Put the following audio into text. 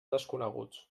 desconeguts